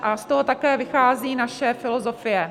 A z toho také vychází naše filozofie.